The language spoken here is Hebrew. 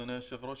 אדוני היושב-ראש,